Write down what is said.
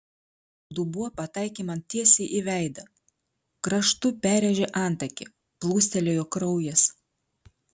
dubuo pataikė man tiesiai į veidą kraštu perrėžė antakį plūstelėjo kraujas